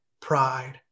pride